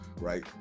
right